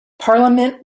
parliament